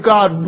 God